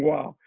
Wow